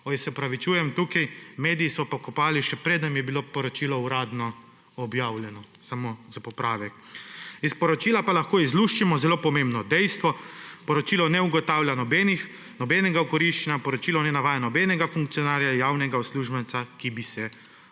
sveta. Se opravičujem tukaj, mediji so pokopali, še preden je bilo poročilo uradno objavljeno. Samo za popravek. Iz sporočila pa lahko izluščimo zelo pomembno dejstvo, poročilo ne ugotavlja nobenega okoriščanja, poročilo ne navaja nobenega funkcionarja, javnega uslužbenca, ki bi se okoristil.